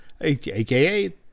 aka